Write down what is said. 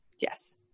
yes